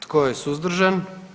Tko je suzdržan?